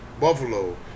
Buffalo